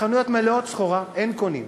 החנויות מלאות סחורה, ואין קונים.